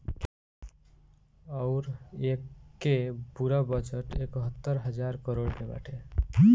अउर एके पूरा बजट एकहतर हज़ार करोड़ के बाटे